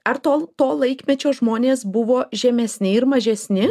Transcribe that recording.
ar tol to laikmečio žmonės buvo žemesni ir mažesni